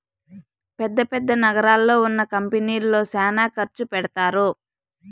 పెద్ద పెద్ద నగరాల్లో ఉన్న కంపెనీల్లో శ్యానా ఖర్చు పెడతారు